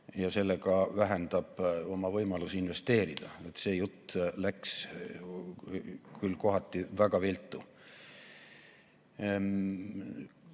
ja sellega vähendab oma võimalusi investeerida. See jutt läks küll kohati väga viltu.